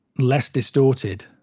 less distorted,